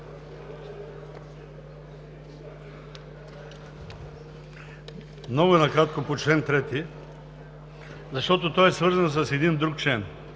Много накратко по чл. 3, защото той е свързан с един друг член,